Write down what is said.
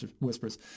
whispers